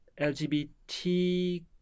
LGBT